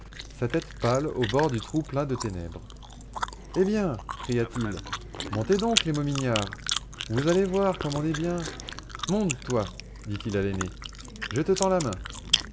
sa tête pâle au bord du trou plein de ténèbres eh bien cria-t-il montez donc les momignards vous allez voir comme on est bien monte toi dit-il à l'aîné je te tends la main